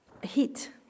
heat